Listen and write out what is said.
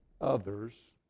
others